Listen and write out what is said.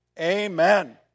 Amen